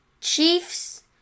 Chiefs